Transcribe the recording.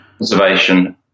observation